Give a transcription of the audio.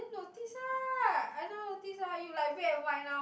take notice ah I not notice ah you are black and white now